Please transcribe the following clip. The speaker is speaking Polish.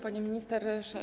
Pani Minister!